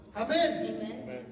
Amen